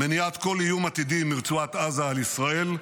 מניעת כל איום עתידי מרצועת עזה על ישראל,